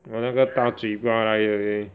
orh 那个大嘴巴来的 leh